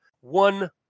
one